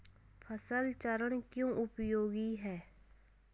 फसल चरण क्यों उपयोगी है?